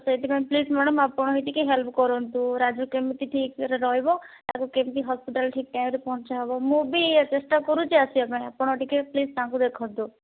ସେଇଥିପାଇଁ please madam ଆପଣ ହିଁ ଟିକେ ହେଲ୍ପ୍ କରନ୍ତୁ ରାଜୁ କେମିତି ଠିକ୍ରେ ରହିବ ତାକୁ କେମିତି ହସ୍ପିଟାଲ୍ ଠିକ୍ ଟାଇମ୍ରେ ପହଞ୍ଚାହେବ ମୁଁ ବି ଚେଷ୍ଟା କରୁଛି ଆସିବା ପାଇଁ ଆପଣ ଟିକେ ପ୍ଳିଜ୍ ତାଙ୍କୁ ଦେଖନ୍ତୁ